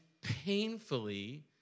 painfully